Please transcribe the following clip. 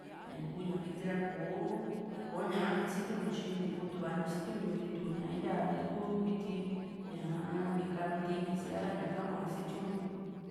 ña kuu ña viti ra kò´o kó ñaka ka sitiuntiu tyi nikutuvantiu sitiuntiu ntítuña ñá yaa ña´kú viti ñaa ni kanantii ña siáa ra ñaka hua sitiuntiu